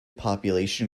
population